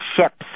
ships